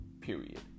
period